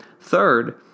third